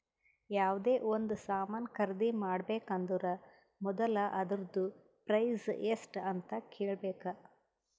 ಯಾವ್ದೇ ಒಂದ್ ಸಾಮಾನ್ ಖರ್ದಿ ಮಾಡ್ಬೇಕ ಅಂದುರ್ ಮೊದುಲ ಅದೂರ್ದು ಪ್ರೈಸ್ ಎಸ್ಟ್ ಅಂತ್ ಕೇಳಬೇಕ